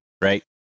right